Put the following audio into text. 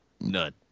None